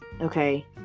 Okay